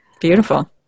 Beautiful